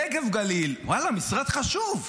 נגב-גליל, ואללה, משרד חשוב,